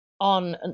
on